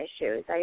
issues